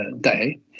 day